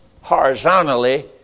horizontally